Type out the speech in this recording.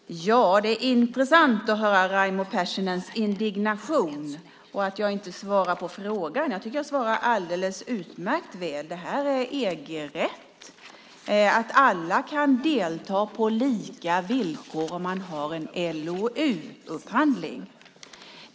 Fru talman! Det är intressant att höra Raimo Pärssinens indignation över att jag inte svarar på frågan. Jag tycker att jag svarar alldeles utmärkt väl. Det här är EG-rätt. Alla ska kunna delta på lika villkor vid upphandling enligt LOU.